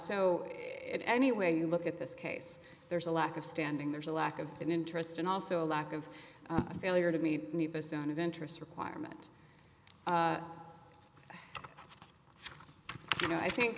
so it any way you look at this case there's a lack of standing there's a lack of interest and also a lack of a failure to meet of interest requirement you know i think